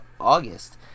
August